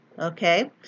Okay